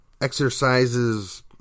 exercises